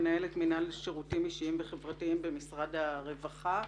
מנהלת מינהל שירותים אישיים וחברתיים במשרד הרווחה.